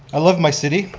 i love my city.